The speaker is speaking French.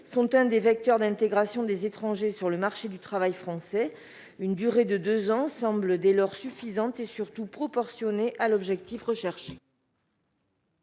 sont l'un des vecteurs d'intégration des étrangers sur le marché du travail français. Une durée de deux ans semble, dès lors, suffisante et, surtout, proportionnée à l'objectif.